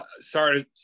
sorry